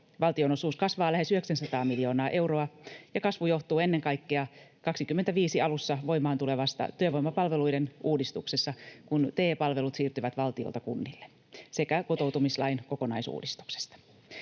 Valtionosuus kasvaa lähes 900 miljoonaa euroa, ja kasvu johtuu ennen kaikkea vuoden 25 alussa voimaan tulevasta työvoimapalveluiden uudistuksesta, kun TE-palvelut siirtyvät valtiolta kunnille, sekä kotoutumislain kokonaisuudistuksesta.